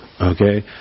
okay